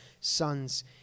sons